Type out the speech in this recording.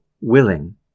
willing